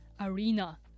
arena